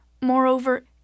Moreover